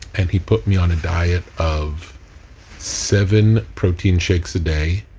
and he put me on a diet of seven protein shakes a day